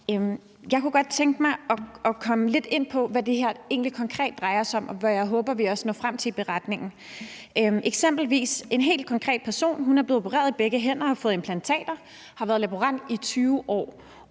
Jeg kunne godt tænke mig at komme lidt ind på, hvad det her egentlig konkret drejer sig om, og hvad jeg også håber vi når frem til i beretningen. Lad os eksempelvis tage en helt konkret person: Hun er blevet opereret i begge hænder og har fået implantater; hun har været laborant i 20 år,